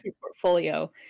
Portfolio